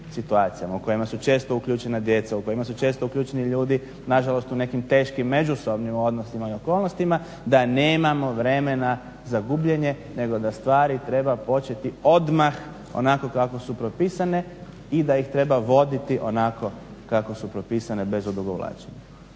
u kojima su često uključena djeca, u kojima su često uključeni ljudi nažalost u nekim teškim međusobnim odnosima i okolnostima da nemamo vremena za gubljenje nego da stvari treba početi odmah onako kako su propisane i da ih treba voditi onako kako su propisane i da ih treba